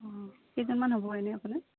অঁ কেইজনমান হ'ব এনেই আপোনাৰ